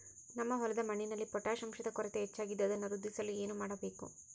ನಮ್ಮ ಹೊಲದ ಮಣ್ಣಿನಲ್ಲಿ ಪೊಟ್ಯಾಷ್ ಅಂಶದ ಕೊರತೆ ಹೆಚ್ಚಾಗಿದ್ದು ಅದನ್ನು ವೃದ್ಧಿಸಲು ಏನು ಮಾಡಬೇಕು?